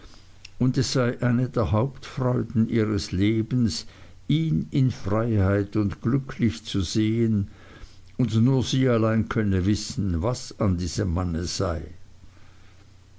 und es sei eine der hauptfreuden ihres lebens ihn in freiheit und glücklich zu sehen und nur sie allein könne wissen was an diesem manne sei